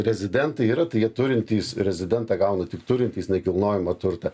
rezidentai yra tai jie turintys rezidentą gauna tik turintys nekilnojamą turtą